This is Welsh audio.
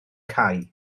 cau